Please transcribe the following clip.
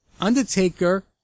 Undertaker